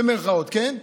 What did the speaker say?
במירכאות, כן?